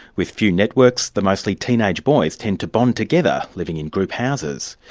with few networks, the mostly teenage boys tend to bond together, living in group houses.